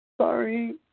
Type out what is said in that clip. Sorry